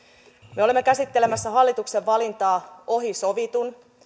me olemme käsittelemässä hallituksen valintaa ohi sovitun